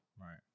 Right